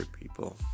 people